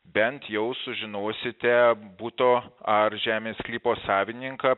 bent jau sužinosite buto ar žemės sklypo savininką